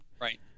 Right